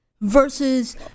versus